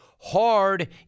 Hard